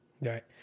Right